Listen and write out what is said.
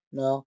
no